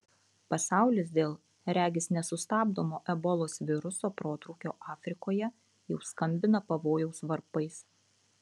pasaulis dėl regis nesustabdomo ebolos viruso protrūkio afrikoje jau skambina pavojaus varpais